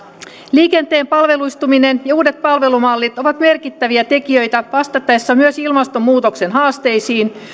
liikenteen palveluistuminen ja uudet palvelumallit ovat merkittäviä tekijöitä vastattaessa myös ilmastonmuutoksen haasteisiin